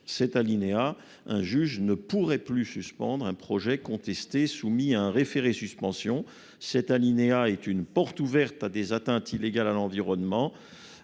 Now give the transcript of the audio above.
en vigueur, le juge ne pourrait plus suspendre un projet contesté soumis à un référé-suspension. C'est là une porte ouverte aux atteintes illégales à l'environnement.